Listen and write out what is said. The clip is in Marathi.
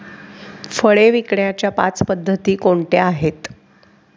फळे विकण्याच्या पाच पद्धती कोणत्या आहेत?